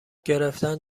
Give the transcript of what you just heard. گرفتن